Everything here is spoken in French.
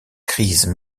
crise